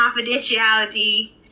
confidentiality